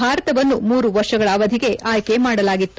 ಭಾರತವನ್ನು ಮೂರು ವರ್ಷಗಳ ಅವಧಿಗೆ ಆಯ್ಲೆ ಮಾಡಲಾಗಿತ್ತು